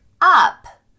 up